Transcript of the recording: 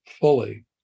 fully